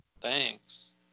Thanks